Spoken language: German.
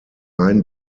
ein